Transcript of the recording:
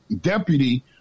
deputy